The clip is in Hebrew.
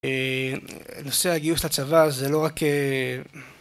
נושא הגיוס לצבא זה לא רק...